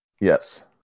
Yes